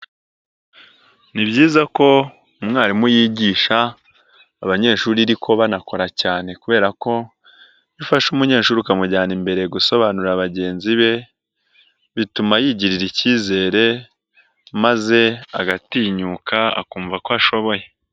Ni byiza ko umwarimu yigisha abanyeshuri ariko banakora cyane kubera ko iyo ufashe umunyeshuri ukamujyana imbere gusobanurira bagenzi be, bituma yigirira icyizere maze agatinyuka, akumva ko ashoboye.